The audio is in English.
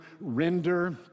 render